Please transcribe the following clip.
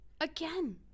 Again